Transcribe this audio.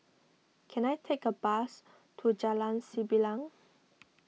can I take a bus to Jalan Sembilang